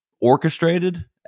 orchestrated